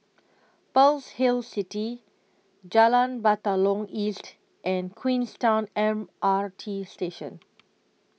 Pearl's Hill City Jalan Batalong East and Queenstown M R T Station